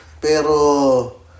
Pero